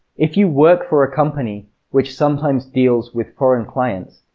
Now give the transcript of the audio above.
if you work for a company which sometimes deals with foreign clients,